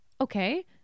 Okay